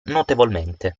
notevolmente